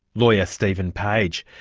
lawyer stephen page.